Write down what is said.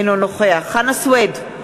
אינו נוכח חנא סוייד,